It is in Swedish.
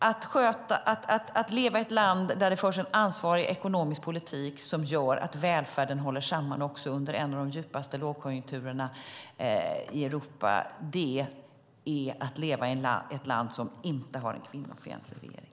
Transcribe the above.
Att leva i ett land där det förs en ansvarig ekonomisk politik som gör att välfärden håller samman också under en av de djupaste lågkonjunkturerna i Europa är att leva i ett land som inte har en kvinnofientlig regering.